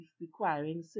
requiring